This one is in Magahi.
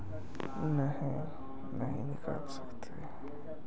डेबिट कार्डबा से जितना मन उतना पेसबा निकाल सकी हय?